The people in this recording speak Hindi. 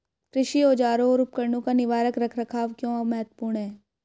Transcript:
कृषि औजारों और उपकरणों का निवारक रख रखाव क्यों महत्वपूर्ण है?